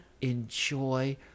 enjoy